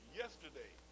yesterday